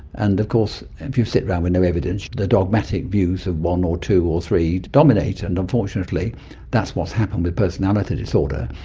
and of course if you sit around with no evidence the dogmatic views of one or two or three dominate, and unfortunately that's what's happened with personality disorder,